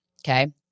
Okay